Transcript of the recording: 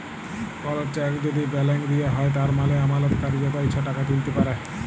call cheque যদি blank দিঁয়া হ্যয় তার মালে আমালতকারি যত ইছা টাকা তুইলতে পারে